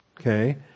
Okay